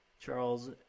Charles